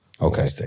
Okay